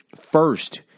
first